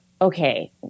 okay